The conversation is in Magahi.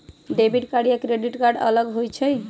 डेबिट कार्ड या क्रेडिट कार्ड अलग होईछ ई?